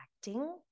acting